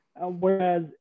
Whereas